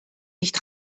nicht